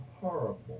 horrible